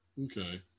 Okay